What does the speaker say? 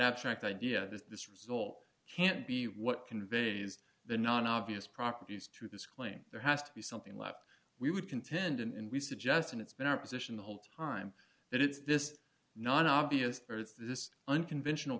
abstract idea that this result can't be what conveys the non obvious properties to this claim there has to be something left we would contend and we suggest and it's been our position the whole time that it's this non obvious or it's this unconventional